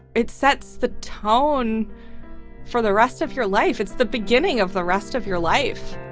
it sets the tone for the rest of your life. it's the beginning of the rest of your life